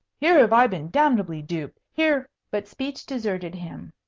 here have i been damnably duped. here but speech deserted him.